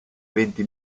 venti